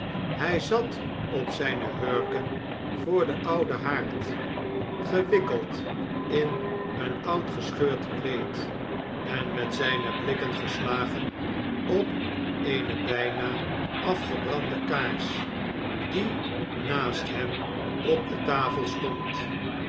hij zat op zijne hurken voor den ouden haard gewikkeld in een oud gescheurd kleed en met zijne blikken geslagen op eene bijna afgebrande kaars die naast hem op de tafel stond